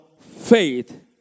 faith